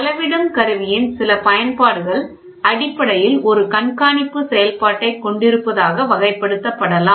அளவிடும் கருவியின் சில பயன்பாடுகள் அடிப்படையில் ஒரு கண்காணிப்பு செயல்பாட்டைக் கொண்டிருப்பதாக வகைப்படுத்தப்படலாம்